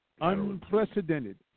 Unprecedented